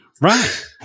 Right